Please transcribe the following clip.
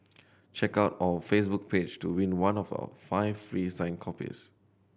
check out our Facebook page to win one of our five free signed copies